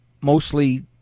mostly